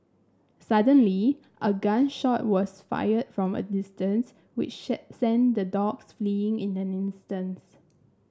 suddenly a gun shot was fired from a distance which sent the dogs fleeing in an instance